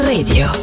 Radio